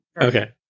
Okay